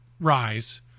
rise